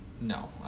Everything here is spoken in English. No